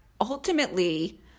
ultimately